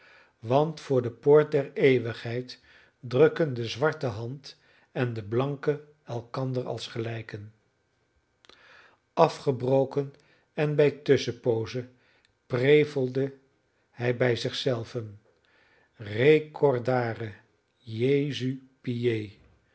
want voor de poort der eeuwigheid drukken de zwarte hand en de blanke elkander als gelijken afgebroken en bij tusschenpoozen prevelde hij bij zichzelven recordare jesu